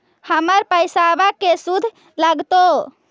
हमर पैसाबा के शुद्ध लगतै?